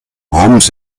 homes